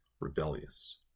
rebellious